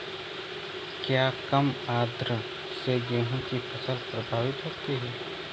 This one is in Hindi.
क्या कम आर्द्रता से गेहूँ की फसल प्रभावित होगी?